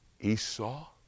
Esau